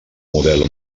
model